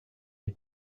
des